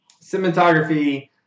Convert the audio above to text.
cinematography